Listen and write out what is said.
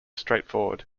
straightforward